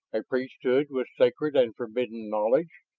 a priesthood with sacred and forbidden knowledge.